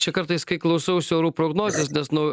čia kartais kai klausausi orų prognozės nes nu